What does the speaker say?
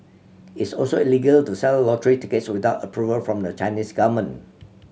it's also illegal to sell lottery tickets without approval from the Chinese government